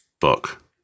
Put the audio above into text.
book